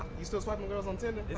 you still swiping girls on tinder?